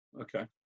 Okay